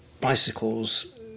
bicycles